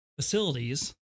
facilities